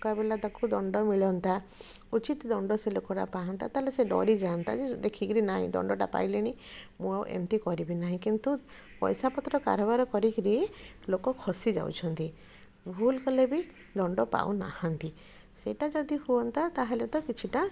ମୁକାବିଲା ତାକୁ ଦଣ୍ଡ ମିଳନ୍ତା ଉଚିତ ଦଣ୍ଡ ସେ ଲୋକଟା ପାଆନ୍ତା ତାହେଲେ ସେ ଡରିଯାଆନ୍ତା ଯେ ଦେଖିକିରି ନାଇଁ ଦଣ୍ଡଟା ପାଇଲିଣି ମୁଁ ଆଉ ଏମିତି କରିବି ନାହିଁ କିନ୍ତୁ ପଇସା ପତ୍ର କାରବାର କରିକିରି ଲୋକ ଖସିଯାଉଛନ୍ତି ଭୁଲ କଲେ ବି ଦଣ୍ଡ ପାଉନାହାଁନ୍ତି ସେଇଟା ଯଦି ହୁଅନ୍ତା ତାହେଲେ ତ କିଛିଟା